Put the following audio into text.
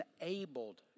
enabled